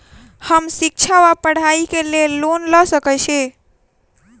हम शिक्षा वा पढ़ाई केँ लेल लोन लऽ सकै छी?